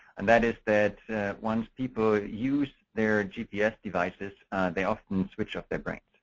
and that is that once people use their gps devices they often switch off their brain.